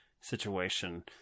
situation